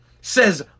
says